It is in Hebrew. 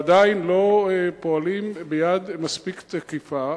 עדיין, לא פועלים ביד מספיק תקיפה.